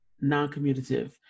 non-commutative